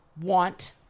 want